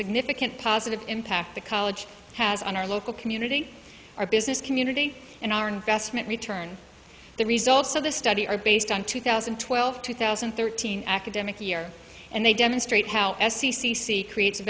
significant positive impact the college has on our local community our business community and our investment return the results of the study are based on two thousand and twelve two thousand and thirteen academic year and they demonstrate how s e c c creates